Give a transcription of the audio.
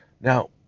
Now